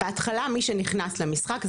אנחנו באים לאסוף מבתי כנסת ומישיבות.